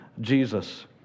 Jesus